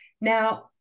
Now